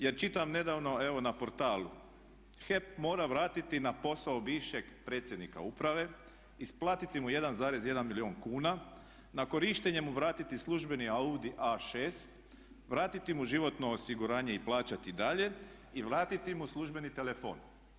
Jer čitam nedavno ovo na Portal, HEP mora vratiti na posao bivšeg predsjednika uprave, isplatiti mu 1,1 milijuna kuna, na korištenje mu vratiti službeni Audi A6, vratiti mu životno osiguranje i plaćati dalje i vratiti mu službeni telefon.